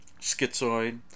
Schizoid